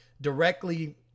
directly